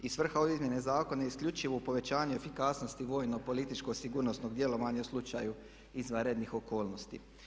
I svrha ove izmjene zakona je isključivo povećanje efikasnosti vojnopolitičkog sigurnosnog djelovanja u slučaju izvanrednih okolnosti.